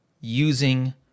using